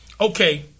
okay